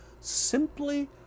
simply